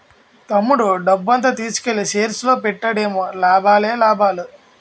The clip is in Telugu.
తమ్ముడు డబ్బంతా తీసుకెల్లి షేర్స్ లో పెట్టాడేమో లాభాలే లాభాలు